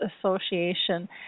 Association